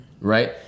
right